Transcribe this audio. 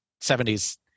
70s